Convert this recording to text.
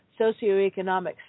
socioeconomic